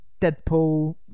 deadpool